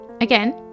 Again